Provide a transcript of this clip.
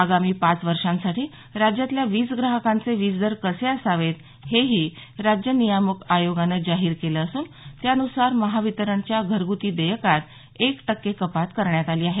आगामी पाच वर्षांसाठी राज्यातल्या वीज ग्राहकांचे वीजदर कसे असावेत हे ही राज्य नियामक आयोगानं जाहीर केलं असून यानुसार महावितरणच्या घरग्ती देयकात एक टक्का कपात करण्यात आली आहे